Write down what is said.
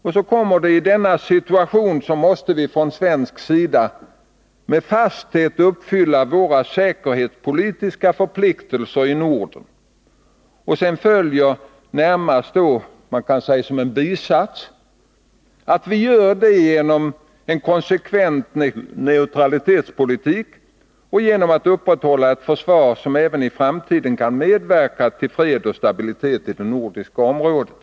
Och så kommer det: I denna situation måste vi 7 maj 1981 från svensk sida med fasthet uppfylla våra säkerhetspolitiska förpliktelser i Norden. Sedan följer, närmast som en bisats, att vi gör detta genom en konsekvent neutralitetspolitik och genom att upprätthålla ett försvar som även i framtiden kan medverka till fred och stabilitet i det nordiska området.